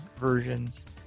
versions